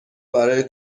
برای